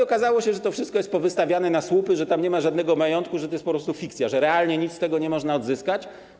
Okazywało się, że to wszystko jest powystawiane na słupy, że tam nie ma żadnego majątku, że to jest po prostu fikcja, że realnie nic z tego nie można odzyskać.